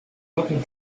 looking